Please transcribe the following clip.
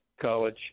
College